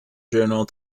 journal